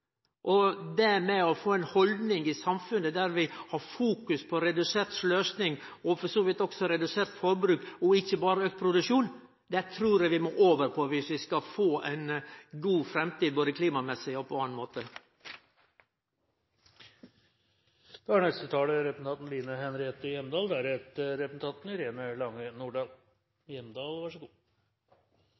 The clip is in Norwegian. å få ei haldning i samfunnet der ein fokuserer på redusert sløsing – for så vidt også redusert forbruk – og ikkje auka produksjon, trur eg vi må over på viss vi skal få ei god framtid både når det gjeld klima og på annan